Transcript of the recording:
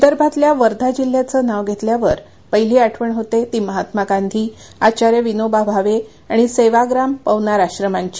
विदर्भातल्या वर्धा जिल्ह्याचं नाव घेतल्यावर पहिली आठवण होते ती महात्मा गांधी आचार्य़ विनोबा भावे आणि सेवाग्राम पवनार आश्रमांची